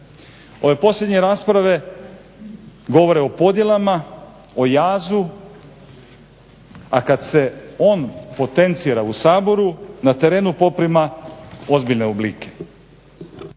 Ove posljednje rasprave govore o podjelama, o jazu, a kada se on potencira u Saboru na terenu poprima ozbiljne oblike.